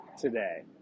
today